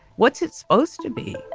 what's it supposed to be?